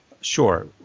Sure